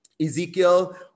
Ezekiel